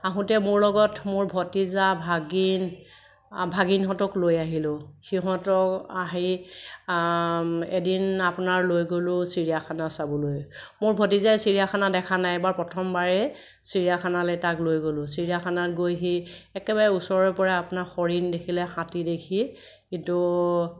আহোঁতে মোৰ লগত মোৰ ভতিজা ভাগিন ভাগিনহঁতক লৈ আহিলোঁ সিহঁতক আহি এদিন আপোনাৰ লৈ গ'লোঁ চিৰিয়াখানা চাবলৈ মোৰ ভতিজাই চিৰিয়াখানা দেখা নাই প্ৰথমবাৰেই চিৰিয়াখানালে তাক লৈ গ'লোঁ চিৰিয়াখানাত গৈ সি একেবাৰে ওচৰৰে পৰা আপোনাৰ হৰিণ দেখিলে হাতী দেখি কিন্তু